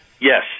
Yes